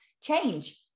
change